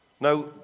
Now